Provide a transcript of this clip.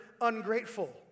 Ungrateful